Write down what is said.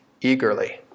eagerly